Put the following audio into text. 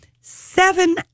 seven